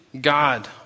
God